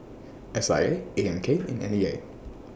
S I A A M K and N E A